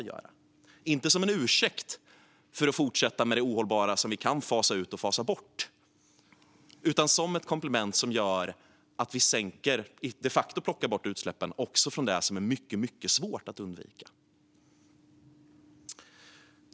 Då blir den inte en ursäkt för att fortsätta med det ohållbara som vi kan fasa ut utan ett komplement som gör att vi de facto kan plocka bort utsläppen också från det som är mycket svårt att undvika.